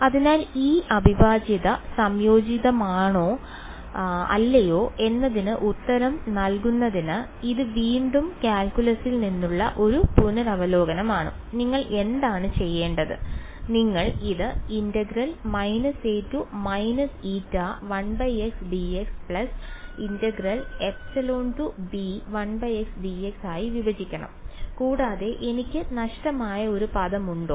അതിനാൽ ഈ അവിഭാജ്യത സംയോജിതമാണോ അല്ലയോ എന്നതിന് ഉത്തരം നൽകുന്നതിന് ഇത് വീണ്ടും കാൽക്കുലസിൽ നിന്നുള്ള ഒരു പുനരവലോകനമാണ് നിങ്ങൾ എന്താണ് ചെയ്യേണ്ടത് നിങ്ങൾ ഇത് ആയി വിഭജിക്കണം കൂടാതെ എനിക്ക് നഷ്ടമായ ഒരു പദമുണ്ടോ